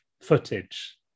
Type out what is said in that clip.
footage